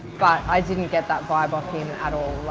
but i didn't get that vibe off him at all,